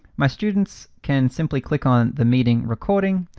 my students can simply click on the meeting recording.